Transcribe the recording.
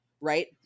right